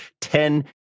Ten